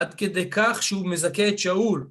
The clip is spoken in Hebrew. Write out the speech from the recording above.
עד כדי כך שהוא מזכה את שאול.